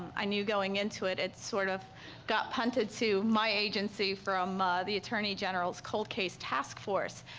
i knew going into it, it sort of got punted to my agency from the attorney general's cold case task force.